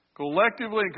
Collectively